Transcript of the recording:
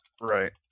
Right